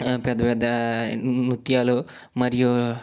పెద్ద పెద్ద నృత్యాలు మరియు